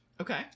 Okay